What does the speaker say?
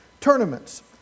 Tournaments